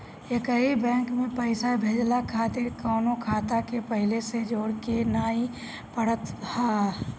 एकही बैंक में पईसा भेजला खातिर कवनो खाता के पहिले से जोड़े के नाइ पड़त हअ